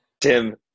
Tim